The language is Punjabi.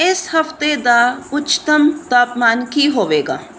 ਇਸ ਹਫ਼ਤੇ ਦਾ ਉੱਚਤਮ ਤਾਪਮਾਨ ਕੀ ਹੋਵੇਗਾ